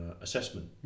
assessment